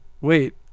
wait